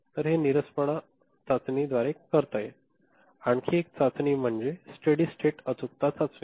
तर हे नीरसपणा चाचणीद्वारे करता येईल आणखी एक चाचणी म्हणजे स्टेडी स्टेट अचूकता चाचणी